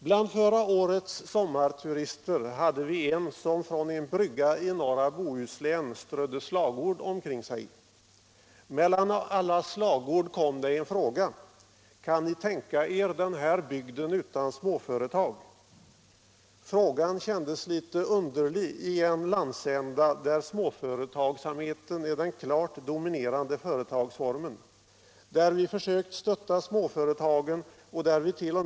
Bland förra årets sommarturister hade vi en som från en brygga i norra Bohuslän strödde slagord omkring sig. Mellan alla slagord kom det en fråga: Kan ni tänka er den här bygden utan småföretag? Frågan kändes litet underlig i en landsända där småföretagsamheten är den klart dominerande företagsformen, där vi försökt stötta småföretagen och där vi t.'o.